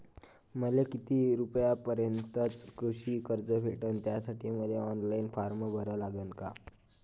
मले किती रूपयापर्यंतचं कृषी कर्ज भेटन, त्यासाठी मले ऑनलाईन फारम भरा लागन का?